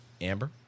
Amber